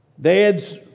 dads